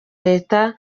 leta